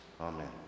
Amen